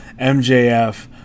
MJF